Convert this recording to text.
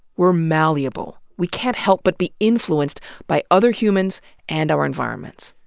we're malleable. we can't help but be influenced by other humans and our environment.